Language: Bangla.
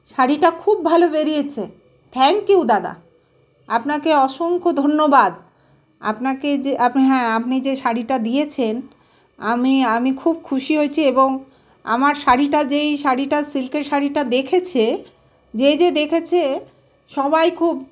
শাড়িটা খুব ভালো বেরিয়েছে থ্যাঙ্কইউ দাদা আপনাকে অসংখ্য ধন্যবাদ আপনাকে যে আপনি হ্যাঁ আপনি যে শাড়িটা দিয়েছেন আমি আমি খুব খুশি হয়েছি এবং আমার শাড়িটা যেই শাড়িটা সিল্কের শাড়িটা দেখেছে যে যে দেখেছে সবাই খুব